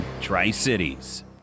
Tri-Cities